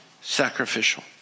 sacrificial